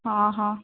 ହଁ ହଁ